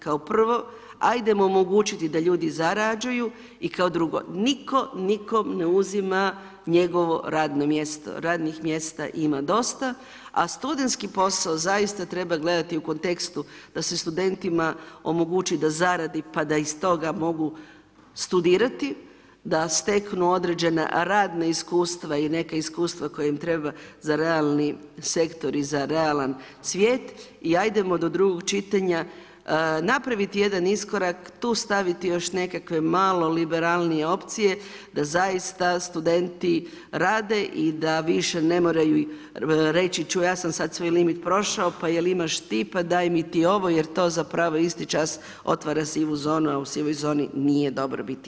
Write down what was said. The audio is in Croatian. Kao prvo, ajmo omogućiti da ljudi zarađuju i kao drugo nitko nikom ne uzima njegovo radno mjesto, radnih mjesta ima dosta a studentski posao zaista treba gledati u kontekstu da se studentima omogući da zaradi pa da iz toga mogu studirati, da steknu određena radna iskustva i neka iskustva koja im trebaju za realni sektor i za realan svijet i ajmo do drugog čitanja napraviti jedan iskorak, tu staviti još nekakve malo liberalnije opcije da zaista studenti rade i da više ne moraju reći čuj ja sam sad svoj limit prošao, pa je li imaš ti, pa daj mi ti ovo jer to zapravo u isti čas otvara sivu zonu a u sivoj zoni nije dobro biti.